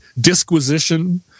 disquisition